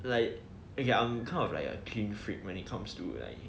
like okay I'm kind of like a clean freak when it comes to like